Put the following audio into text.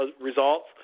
results